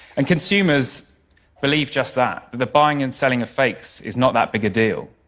and consumers believe just that that the buying and selling of fakes is not that big a deal.